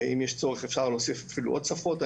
אם יש צורך, אפשר להוסיף אפילו עוד שפות.